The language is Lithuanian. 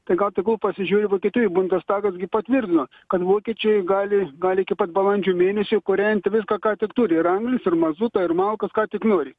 tai gal tegul pasižiūri vokietijoj bundestagas gi patvirtino kad vokiečiai gali gali iki pat balandžio mėnesio kūrenti viską ką tik turi ir anais ir mazuto ir malkas ką tik nori